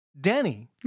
Danny